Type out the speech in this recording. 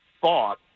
thought